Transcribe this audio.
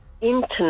internet